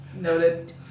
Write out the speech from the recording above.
noted